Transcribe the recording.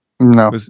No